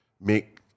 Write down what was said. make